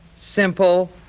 simple